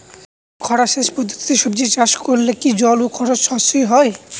খরা সেচ পদ্ধতিতে সবজি চাষ করলে কি জল ও খরচ সাশ্রয় হয়?